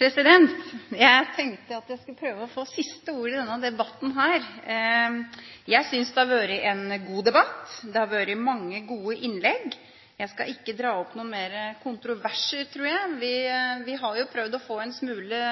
Jeg tenkte jeg skulle prøve å få siste ord i denne debatten! Jeg synes det har vært en god debatt. Det har vært mange gode innlegg. Jeg skal ikke dra opp noen flere kontroverser, tror jeg. Vi har jo prøvd å få en smule